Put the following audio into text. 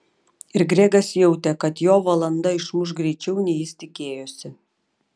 ir gregas jautė kad jo valanda išmuš greičiau nei jis tikėjosi